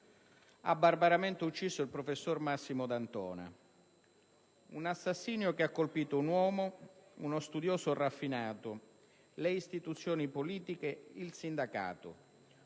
ha barbaramente ucciso il professor Massimo D'Antona. Un assassinio che ha colpito un uomo, uno studioso raffinato, le istituzioni politiche, il sindacato.